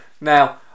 Now